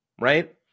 right